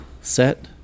set